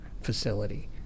facility